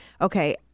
okay